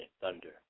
thunder